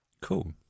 Cool